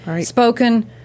spoken